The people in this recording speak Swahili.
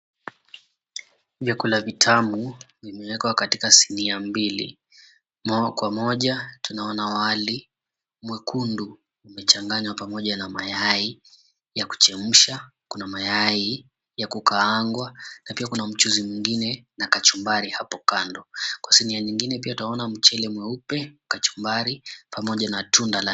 Inje kuna vitamu vimeekwa katika sinia mbili, moja kwa moja tunaona wali mwekundu imechanganywa pamoja na mayai ya kuchemshwa, kuna mayai ya kukaangwa na pia kuna mchuuzi mwingine na kachumbari hapo kando kwa sinia ingine, pia twaona mchele mweupe na kachumbari pamoja na tunda la...